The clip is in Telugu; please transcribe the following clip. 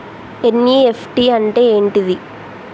ఎన్.ఇ.ఎఫ్.టి అంటే ఏంటిది?